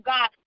God